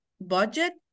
budget